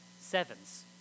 sevens